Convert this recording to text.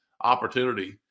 opportunity